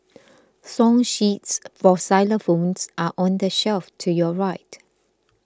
song sheets for xylophones are on the shelf to your right